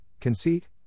conceit